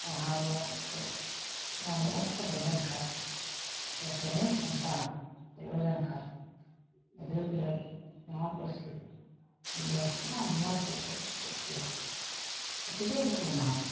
ᱯᱟᱲᱦᱟᱣ ᱨᱮᱭᱟᱜ ᱢᱤᱫᱴᱮᱡ ᱵᱚᱱᱫᱚ ᱵᱚᱥᱛᱚ ᱦᱩᱭ ᱞᱮᱱ ᱠᱷᱟᱡ ᱥᱮ ᱴᱨᱮᱱᱤᱝ ᱥᱮᱱᱴᱟᱨ ᱠᱷᱩᱞᱟᱹᱣ ᱞᱮᱱ ᱠᱷᱟᱡ ᱜᱤᱫᱽᱨᱟᱹ ᱯᱤᱫᱽᱨᱟᱹ ᱱᱚᱣᱟ ᱯᱟᱹᱨᱥᱤ ᱫᱚ ᱥᱟᱨᱟ ᱢᱚᱸᱡᱽ ᱛᱮᱠᱚ ᱪᱮᱫ ᱠᱮᱭᱟ ᱟᱨ ᱴᱤᱪᱟᱹᱨ ᱠᱚᱠᱚ ᱵᱮᱱᱟᱣ ᱠᱚᱜᱼᱟ